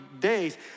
days